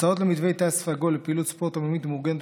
הצעות למתווי תו סגול לפעילות ספורט עממית מאורגנת